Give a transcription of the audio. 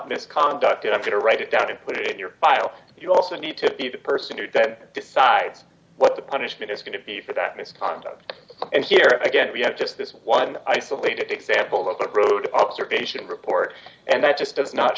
misconduct i'm going to write it down and put it in your file you also need to be the person you're dead decides what the punishment is going to be for that misconduct and here again we have just this one isolated example of a group of observation report and that just does not